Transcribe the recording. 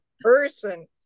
person